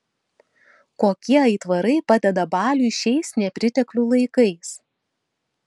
kokie aitvarai padeda baliui šiais nepriteklių laikais